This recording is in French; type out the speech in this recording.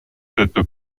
cette